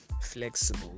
flexible